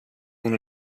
uno